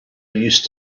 used